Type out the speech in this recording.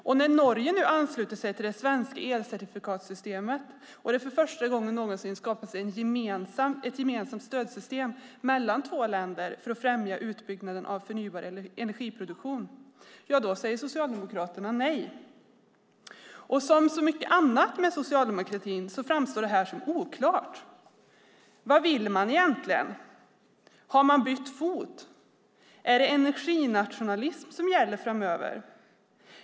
Och när Norge nu ansluter sig till det svenska elcertifikatssystemet och det för första gången någonsin skapas ett gemensamt stödsystem mellan två länder för att främja utbyggnaden av förnybar energiproduktion säger Socialdemokraterna nej. Som så mycket annat inom socialdemokratin framstår detta som oklart. Vad vill man egentligen? Har man bytt fot? Är det energinationalism som gäller framöver?